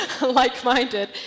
like-minded